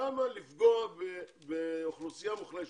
למה לפגוע באוכלוסייה מוחלשת?